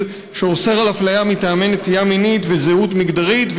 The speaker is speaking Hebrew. שאוסר אפליה מטעמי נטייה מינית וזהות מגדרית,